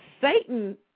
Satan